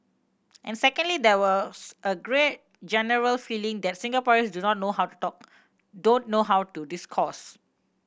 and secondly there was a green generals feeling that Singaporeans do not know how to talk don't know how to discourse